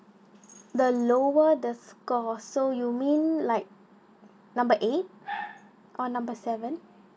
the lower the score so you mean like number eight or number seven